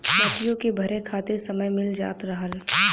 मटियो के भरे खातिर समय मिल जात रहल